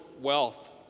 wealth